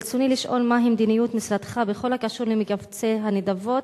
ברצוני לשאול: מה היא מדיניות משרדך בכל הקשור למקבצי הנדבות